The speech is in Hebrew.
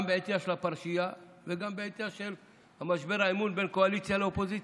גם בעטייה של הפרשייה וגם בעטיו של משבר האמון בין קואליציה לאופוזיציה.